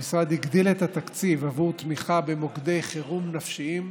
המשרד הגדיל את התקציב בעבור תמיכה במוקדי חירום נפשיים,